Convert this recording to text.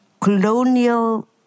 colonial